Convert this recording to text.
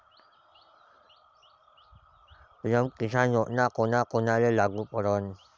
PM Kisan योजना कोना कोनाले लागू पडन?